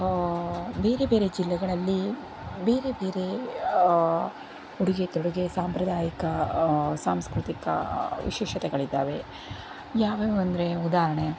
ಬೇರೆ ಬೇರೆ ಜಿಲ್ಲೆಗಳಲ್ಲಿ ಬೇರೆ ಬೇರೆ ಉಡುಗೆ ತೊಡುಗೆ ಸಾಂಪ್ರದಾಯಿಕ ಸಾಂಸ್ಕೃತಿಕ ವಿಶೇಷತೆಗಳಿದ್ದಾವೆ ಯಾವ್ಯಾವಂದ್ರೆ ಉದಾಹರಣೆ